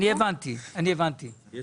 אני הבנתי, אני הבנתי, אני